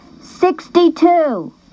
sixty-two